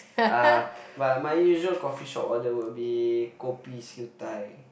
uh but my usual coffee shop order will be kopi siew dai